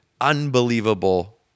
unbelievable